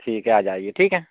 ठीक है आ जाइए ठीक है